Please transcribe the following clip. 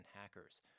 hackers